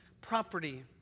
property